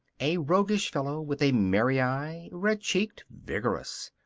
a roguish fellow with a merry eye red-cheeked, vigorous.